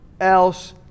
else